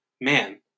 man